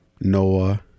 Noah